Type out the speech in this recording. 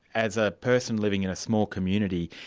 as a person living in a small community,